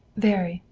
very,